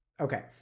Okay